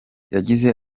yagize